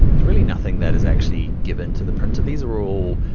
there's really nothing that is actually given to the printer, these are all,